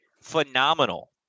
phenomenal